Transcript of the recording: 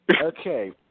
Okay